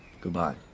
Goodbye